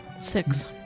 six